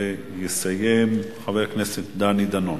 ויסיים חבר הכנסת דני דנון.